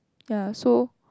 ya so